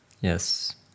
Yes